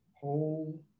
whole